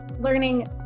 learning